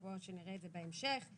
כמו שנראה בהמשך.